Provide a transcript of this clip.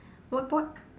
what pod